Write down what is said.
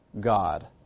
God